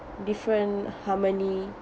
different harmony